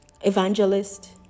evangelist